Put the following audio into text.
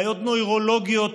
בעיות נוירולוגיות,